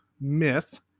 myth